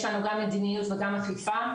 יש לנו גם מדיניות וגם אכיפה,